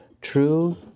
true